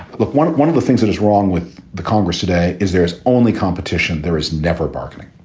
look one at one of the things that is wrong with the congress today is there's only competition. there is never bargaining.